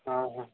हां हां